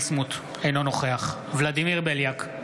אינו נוכח ולדימיר בליאק,